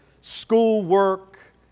schoolwork